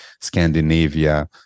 Scandinavia